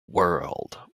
world